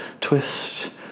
twist